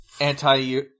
anti-